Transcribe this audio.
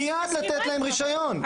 מיד לתת להם רישיון,